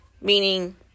meaning